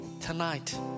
tonight